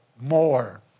more